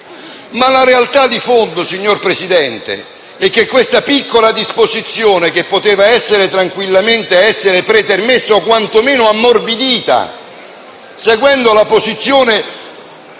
La realtà di fondo, signor Presidente, è che questa piccola disposizione, che poteva essere tranquillamente pretermessa o quantomeno ammorbidita, seguendo la posizione